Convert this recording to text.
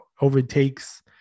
overtakes